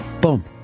Boom